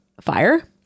Fire